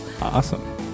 Awesome